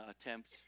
attempt